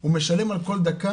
הוא משלם על כל דקה,